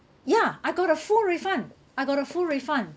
ya I got a full refund I got a full refund